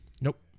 nope